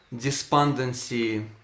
despondency